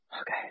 Okay